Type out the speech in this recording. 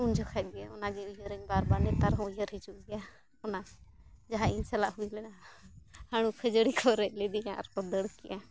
ᱩᱱ ᱡᱚᱠᱷᱮᱡ ᱜᱮ ᱚᱱᱟᱜᱮ ᱩᱭᱦᱟᱹᱨᱤᱧ ᱵᱟᱨ ᱵᱟᱨ ᱱᱮᱛᱟᱨᱦᱚᱸ ᱩᱭᱦᱟᱹᱨ ᱦᱤᱡᱩᱜ ᱜᱮᱭᱟ ᱚᱱᱟ ᱡᱟᱦᱟᱸ ᱤᱧ ᱥᱟᱞᱟᱜ ᱦᱩᱭ ᱞᱮᱱᱟ ᱦᱟᱬᱩ ᱠᱷᱟᱹᱡᱟᱹᱲᱤ ᱠᱚ ᱨᱮᱡ ᱞᱤᱫᱤᱧᱟ ᱟᱨᱠᱚ ᱫᱟᱹᱲ ᱠᱮᱫᱟ